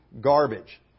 garbage